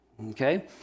Okay